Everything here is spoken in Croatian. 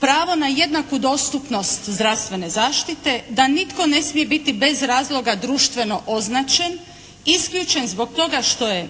pravo na jednaku dostupnost zdravstvene zaštite, da nitko ne smije biti bez razloga društveno označen, isključen zbog toga što je